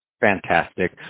Fantastic